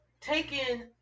taking